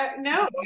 no